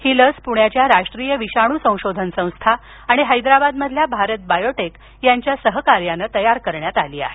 ही लस पुण्याच्या राष्ट्रीय विषाणू संशोधन संस्था आणि हैदराबादमधल्या भारत बायोटेक यांच्या सहकार्यानं तयार करण्यात आली आहे